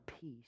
peace